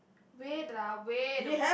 wait lah wait